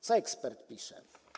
Co ekspert pisze?